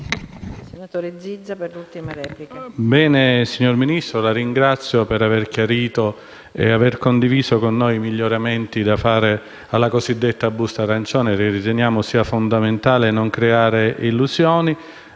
Ne ha facoltà. ZIZZA *(CoR)*. Signor Ministro, la ringrazio per avere chiarito e avere condiviso con noi i miglioramenti da fare alla cosiddetta busta arancione: riteniamo sia fondamentale non creare illusioni.